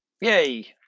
Yay